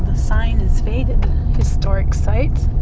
ah sign is faded. a historic site,